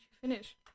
finish